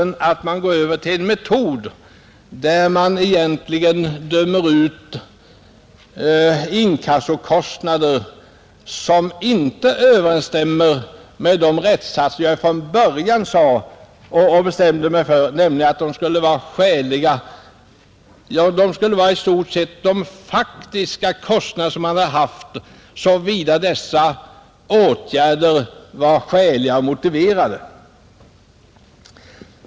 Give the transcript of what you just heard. Jo, att man går över till en metod enligt vilken man dömer ut inkassokostnader på ett sätt som inte överensstämmer med de rättssatser som jag från början angav, nämligen att inkassokostnaderna skulle vara skäliga och motiverade, dvs. i stort sett vara de faktiska kostnaderna.